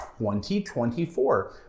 2024